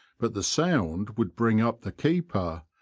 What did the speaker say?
but the sound would bring up the keeper,